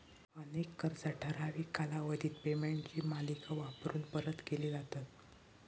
अनेक कर्जा ठराविक कालावधीत पेमेंटची मालिका वापरून परत केली जातत